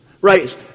Right